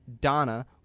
Donna